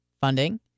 funding